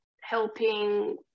helping